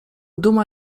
duma